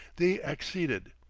they acceded.